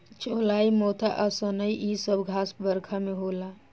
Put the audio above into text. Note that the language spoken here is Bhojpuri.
चौलाई मोथा आ सनइ इ सब घास बरखा में होला